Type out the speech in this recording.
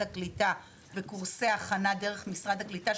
הקליטה וקורסי הכנה של משרד הקליטה,